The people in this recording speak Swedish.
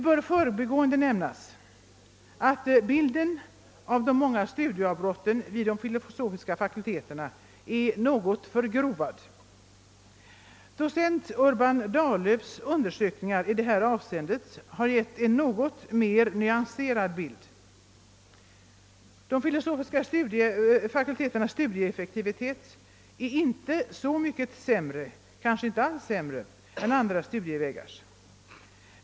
I förbigående kan nämnas att bilden av de många studieavbrotten i de filosofiska fakulteterna är något förgrovad. Docent Urban Dahllöfs undersökningar har givit en något mera nyaserad bild: de filosofiska fakulteternas studieeffektivitet är inte så mycket sämre — kanske inte alls sämre — än andra studievägars.